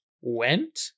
went